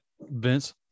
Vince